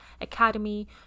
academy